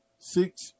Six